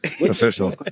Official